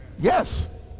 Yes